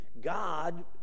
God